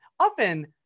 often